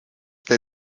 der